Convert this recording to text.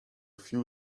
few